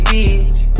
Beach